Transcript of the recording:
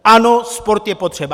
Ano, sport je potřeba.